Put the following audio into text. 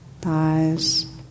thighs